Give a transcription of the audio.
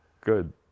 Good